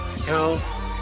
Health